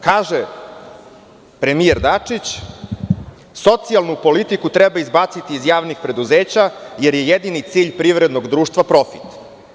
Kaže premijer Dačić, „socijalnu politiku treba izbaciti iz javnih preduzeća jer je jedini cilj privrednog društva profit“